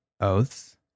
oaths